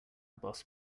boss